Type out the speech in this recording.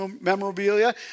memorabilia